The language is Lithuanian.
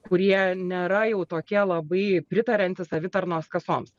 kurie nėra jau tokie labai pritariantys savitarnos kasoms